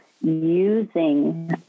using